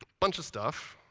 bunch of stuff.